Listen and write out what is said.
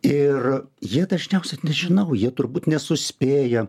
ir jie dažniausiai net nežinau jie turbūt nesuspėja